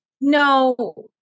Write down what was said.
No